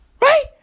Right